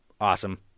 awesome